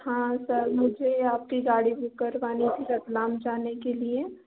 हाँ सर मुझे आपकी गाड़ी बुक करवानी थी रतलाम जाने के लिए